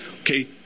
okay